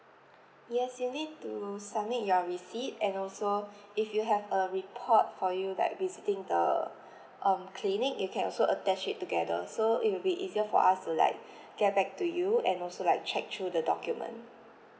yes you'll need to submit your receipt and also if you have a report for you like visiting the um clinic you can also attach it together so it will be easier for us to like get back to you and also like check through the document